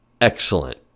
excellent